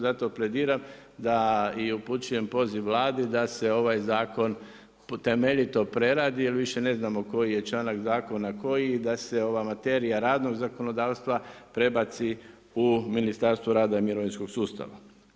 Zato plediram da i upućujem poziv Vladi da se ovaj zakon temeljito preradi jer više ne znamo koji je članak zakona koji i da se ova materija radnog zakonodavstva prebaci u Ministarstvo rada i mirovinskog sustava.